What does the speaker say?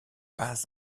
pas